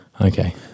Okay